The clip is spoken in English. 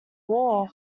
war